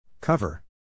Cover